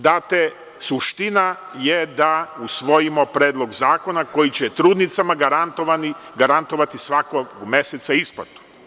Dakle, suština je da usvojimo predlog zakona koji će trudnicama garantovati svakog meseca isplatu.